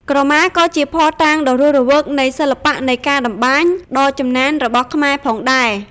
ក្រមាក៏ជាភស្តុតាងដ៏រស់រវើកនៃ សិល្បៈនៃការតម្បាញ ដ៏ចំណានរបស់ខ្មែរផងដែរ។